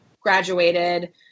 graduated